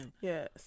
Yes